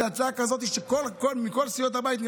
זאת הצעה שנראה לי בה שיש מכל סיעות הבית.